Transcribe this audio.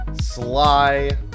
Sly